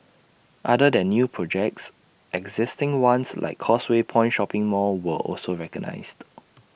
other than new projects existing ones like causeway point shopping mall were also recognised